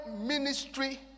ministry